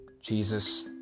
Jesus